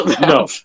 No